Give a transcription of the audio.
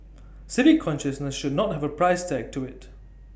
civic consciousness should not have A price tag to IT